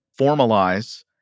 formalize